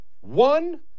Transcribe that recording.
One